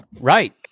right